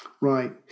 Right